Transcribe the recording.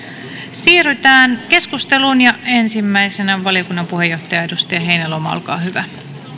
siirrytään keskusteluun ensimmäisenä valiokunnan puheenjohtaja edustaja heinäluoma olkaa hyvä